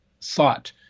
thought